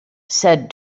said